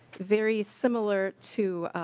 very similar to